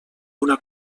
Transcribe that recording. una